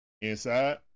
Inside